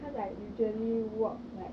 cause like usually walk like